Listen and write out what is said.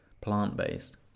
plant-based